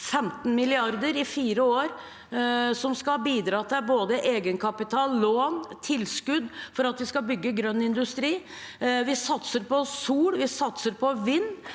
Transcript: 15 mrd. kr i fire år, som skal bidra til både egenkapital, lån og tilskudd for at vi skal bygge grønn industri. Vi satser på sol, vi satser på vind.